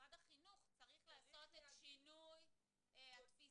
משרד החינוך צריך לעשות את שינוי התפיסה